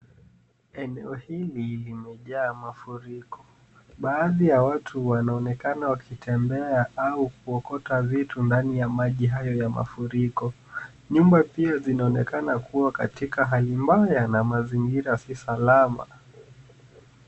Eneo hili limejaa mafuriko. Baadhi ya watu wanaonekana wakitembea au kuokota vitu ndani ya maji hayo ya mafuriko. Nyumba pia zinaonekana kuwa katika hali mbaya na mazingira si salama.